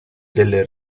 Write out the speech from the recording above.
delle